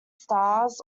stars